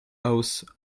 house